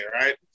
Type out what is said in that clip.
right